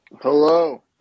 Hello